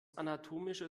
anatomischer